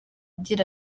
agira